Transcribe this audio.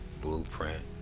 blueprint